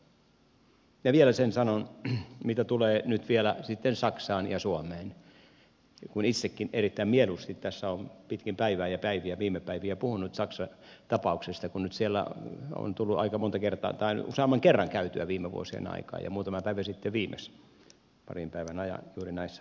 vielä sen sanon mitä tulee nyt vielä sitten saksaan ja suomeen kun itsekin erittäin mieluusti tässä olen pitkin päivää ja viime päiviä puhunut saksan tapauksesta kun nyt siellä on tullut useamman kerran käytyä viime vuosien aikaan ja muutama päivä sitten viimeksi parin päivän ajan juuri näissä asioissa